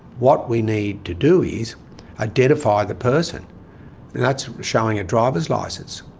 what we need to do is identify the person, and that's showing a driver's license.